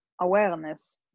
awareness